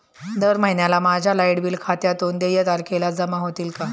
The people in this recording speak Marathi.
दर महिन्याला माझ्या लाइट बिल खात्यातून देय तारखेला जमा होतील का?